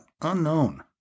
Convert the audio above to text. unknown